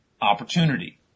opportunity